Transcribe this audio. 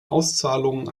auszahlungen